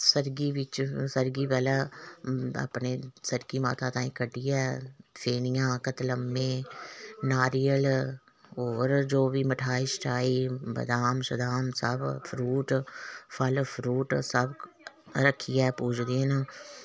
सरगी बिच सरगी पैह्लें अपने सरगी माता ताहीं कड्ढियै फेनियां कतलम्मे नारियल होर जो बी मठाई शठाई बदाम शदाम सब फ्रूट फल फ्रूट सब रखियै पूजदे न